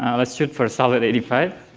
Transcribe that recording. let's shoot for a solid eighty five.